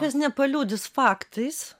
tas nepaliudys faktais